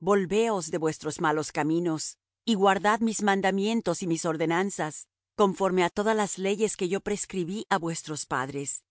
volveos de vuestros malos caminos y guardad mis mandamientos y mis ordenanzas conforme á todas las leyes que yo prescribí á vuestros padres